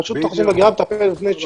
רשות האוכלוסין וההגירה מטפלת בבני ישיבות.